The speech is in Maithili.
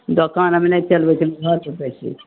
दोकान अब नहि चलबै छियै हम घर पर बेचै छियै